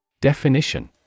Definition